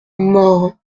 mort